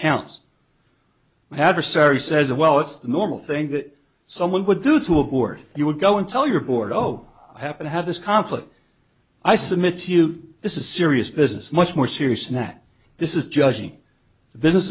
counts adversary says well it's the normal thing that someone would do to a board you would go in tell your board oh i happen to have this conflict i submit to you this is serious business much more serious now that this is judging the business